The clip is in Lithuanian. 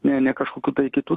ne ne kažkokių tai kitų